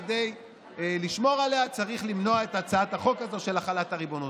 וכדי לשמור עליה צריך למנוע את הצעת החוק הזו של החלת הריבונות.